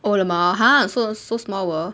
oh L_M_A_O !huh! so so small world